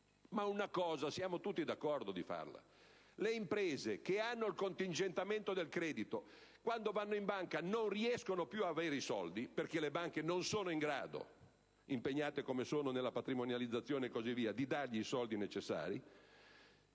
su una questione siamo tutti d'accordo. Le imprese, che hanno il contingentamento del credito, quando vanno in banca non riescono più ad avere i soldi perché le banche non sono in grado, impegnate come sono nella patrimonializzazione, di dare loro i soldi necessari;